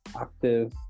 active